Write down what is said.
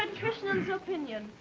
you opinion.